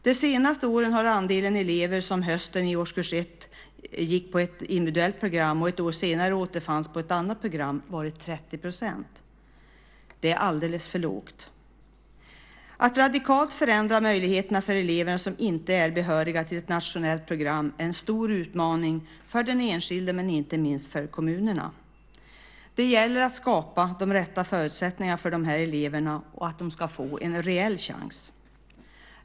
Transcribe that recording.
De senaste åren har andelen elever som på hösten i årskurs 1 gick på ett individuellt program och senare återfanns på ett annat program varit 30 %. Det är alldeles för lågt. Att radikalt förändra möjligheterna för elever som inte är behöriga till ett nationellt program är en stor utmaning för den enskilde men inte minst för kommunerna. Det gäller att skapa de rätta förutsättningarna för de här eleverna och att de ska få en reell chans.